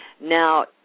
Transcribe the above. Now